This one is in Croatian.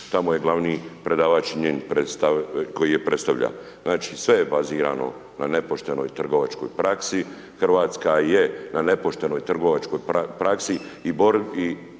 tamo je glavni predavač koji je predstavlja. Znači sve je bazirano na nepoštenoj trgovačkoj praksi, Hrvatska je na nepoštenoj trgovačkoj praksi i na